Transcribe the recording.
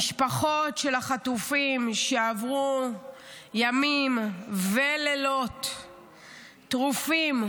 המשפחות של החטופים, שעברו ימים ולילות טרופים,